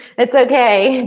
it's okay.